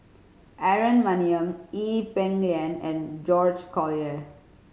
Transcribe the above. Aaron Maniam Ee Peng Liang and George Collyer